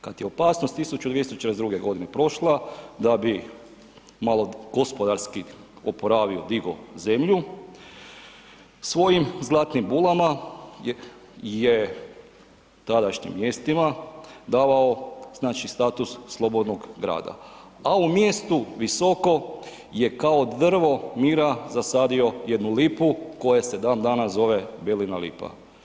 Kad je opasnost 1242. godine prošla, da bi malo gospodarski oporavio, digo zemlju svojim zlatnim bulama je tadašnjim mjestima davao znači status slobodnog grada, a u mjestu Visoko je kao drvo mira zasadio jednu lipu koja se dan danas zove Belina lipa.